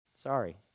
sorry